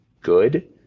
good